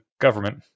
government